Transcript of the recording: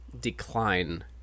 decline